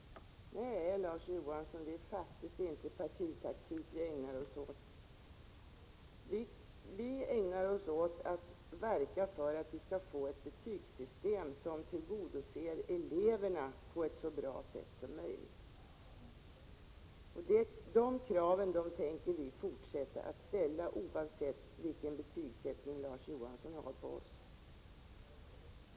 Nej, Larz Johansson , det är faktiskt inte partitaktik vi ägnar oss åt. Vi verkar för att vi skall få ett betygssystem som tillgodoser eleverna på ett så bra sätt som möjligt. De kraven tänker vi fortsätta att ställa, oavsett vilket betyg Larz Johansson sätter på oss.